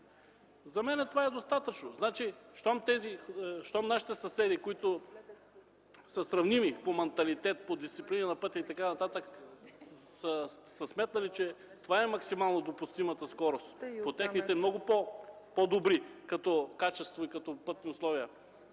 За мен това е достатъчно. Щом нашите съседи, сравними с нас по манталитет, по дисциплина на пътя и така нататък, са сметнали, че това е максимално допустимата скорост по техните много по-добри по качество и условия